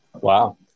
Wow